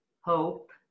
hope